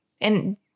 And-